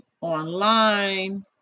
online